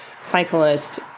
cyclist